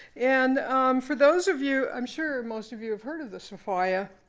and for those of you i'm sure most of you have heard of the sophia.